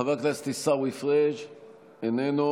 חבר הכנסת עיסאווי פריג' איננו,